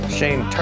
Shane